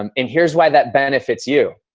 um and here's why that benefits you,